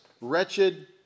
wretched